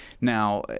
now